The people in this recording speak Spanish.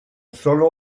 sólo